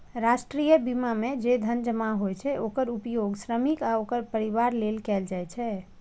राष्ट्रीय बीमा मे जे धन जमा होइ छै, ओकर उपयोग श्रमिक आ ओकर परिवार लेल कैल जाइ छै